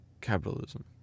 capitalism